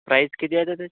price किती आहे आता त्याची